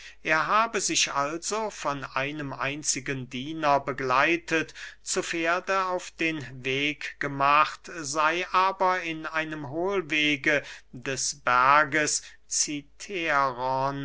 er habe sich also von einem einzigen diener begleitet zu pferde auf den weg gemacht sey aber in einem hohlwege des berges